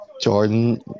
Jordan